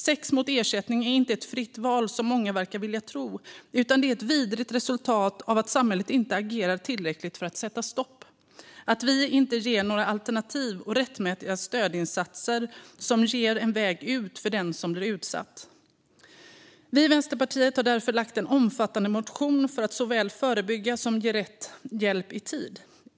Sex mot ersättning är inte ett fritt val, som många verkar vilja tro, utan det är ett vidrigt resultat av att samhället inte agerar tillräckligt för att sätta stopp eller ger några alternativ och rättmätiga stödinsatser som ger en väg ut för den som blir utsatt. Vi i Vänsterpartiet har därför lagt fram en omfattande motion om att såväl förebygga som ge rätt hjälp i tid.